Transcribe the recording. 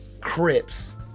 Crips